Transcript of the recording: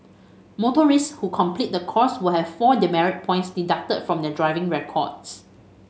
motorists who complete the course will have four demerit points deducted from their driving records